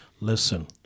listen